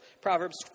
Proverbs